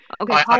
Okay